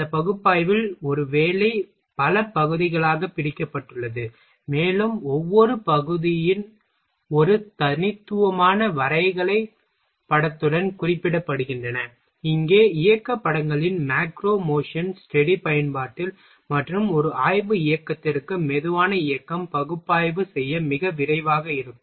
இந்த பகுப்பாய்வில் ஒரு வேலை பல பகுதிகளாகப் பிரிக்கப்பட்டுள்ளது மேலும் ஒவ்வொரு பகுதியும் ஒரு தனித்துவமான வரைகலைப் படத்துடன் குறிப்பிடப்படுகின்றன இங்கே இயக்கப் படங்களின் மேக்ரோ மோஷன் ஸ்டடி பயன்பாட்டில் மற்றும் ஒரு ஆய்வு இயக்கத்திற்கு மெதுவான இயக்கம் பகுப்பாய்வு செய்ய மிக விரைவாக இருக்கும்